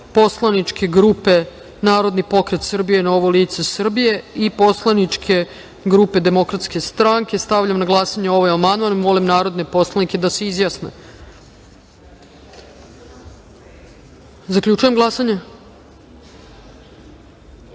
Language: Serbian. poslaničke grupe Narodni pokret Srbija – Novo lice Srbije i poslaničke grupe DS.Stavljam na glasanje ovaj amandman. Molim narodne poslanike da se izjasne. Zaključujem glasanje: